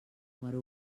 número